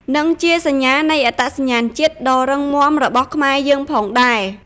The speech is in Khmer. និងជាសញ្ញានៃអត្តសញ្ញាណជាតិដ៏រឹងមាំរបស់ខ្មែរយើងផងដែរ។